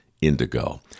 indigo